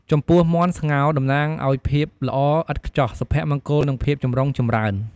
ចំពោះមាន់ស្ងោរ តំណាងឱ្យភាពល្អឥតខ្ចោះ សុភមង្គល និងភាពចម្រុងចម្រើន ។